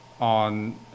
on